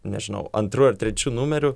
nežinau antru ar trečiu numeriu